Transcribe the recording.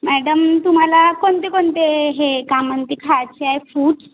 madam तुम्हाला कोणतेकोणते हे का म्हणते खायचे आहे फूड